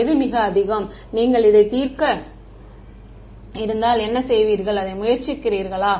எது மிக அதிகம் நீங்கள் இதை தீர்க்க இருந்தால் என்ன செய்வீர்கள் அதை முயற்சிக்கிறீர்களா